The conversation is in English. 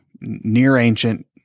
near-ancient